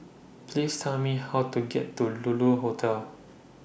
Please Tell Me How to get to Lulu Hotel